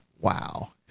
Wow